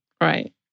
Right